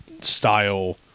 style